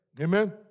Amen